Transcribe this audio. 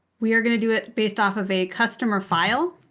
we are going to do it based off of a customer file,